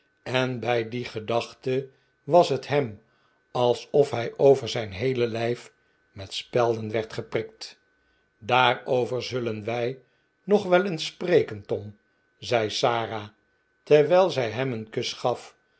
en bij die gedachte was het hem alsof hij over zijn heele lijf met spelden werd geprikt daarover zullen wij nog wel eens spreken tom zei sara terwijl zij hem een kus gaf